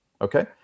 okay